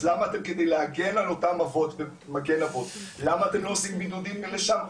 אז למה כדי להגן על אותם אבות ב"מגן אבות" אתם לא עושים בידודים שם?